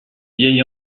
vieil